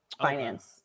finance